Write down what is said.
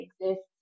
exists